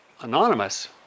Anonymous